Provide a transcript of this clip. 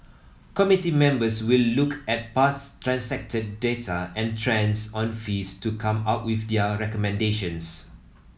committee members will look at past transacted data and trends on fees to come up with their recommendations